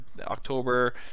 October